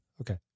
Okay